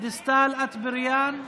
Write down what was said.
דיסטל אטבריאן,